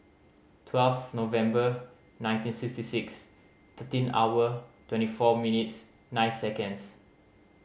twelve November nineteen sixty six thirteen hour twenty four minutes nine seconds